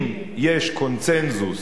אם יש קונסנזוס